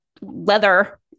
leather